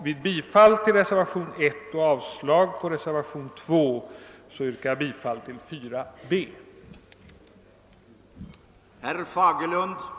Vid bifall till reservationen 1 och avslag på reservationen 2 yrkar jag bifall till reservationen 4 b.